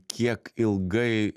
kiek ilgai